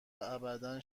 ابدا